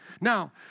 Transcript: Now